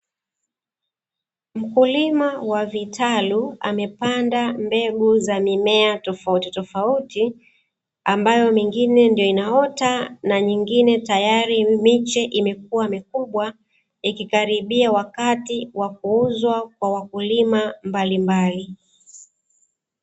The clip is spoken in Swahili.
Mkulima wa vitalu amepanda mbegu za mimea tofauti tofauti, ambayo mingine ndo inaota na nyingine tayari miche imekua mikubwa, ikikaribia wakati wa kuuzwa kwa wakulima mbalimbali.